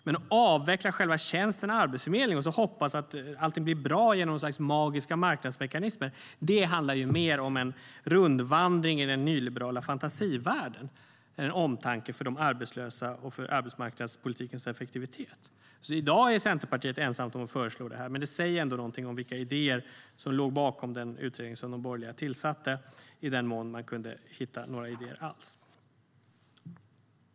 Men att avveckla själva tjänsten arbetsförmedling och hoppas att det blir bra genom något slags magiska marknadsmekanismer, det handlar mer om en rundvandring i den nyliberala fantasivärlden än omtanke för de arbetslösa och för arbetsmarknadspolitikens effektivitet. I dag är Centerpartiet ensamt om att föreslå detta. Men det säger ändå något om vilka idéer som låg bakom den utredning som de borgerliga tillsatte - i den mån som man kunde hitta några idéer alls.